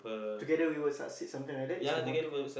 together we will succeed something like that is the motto